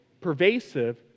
pervasive